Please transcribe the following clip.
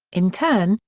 in turn,